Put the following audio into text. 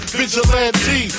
vigilante